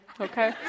Okay